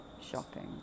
shopping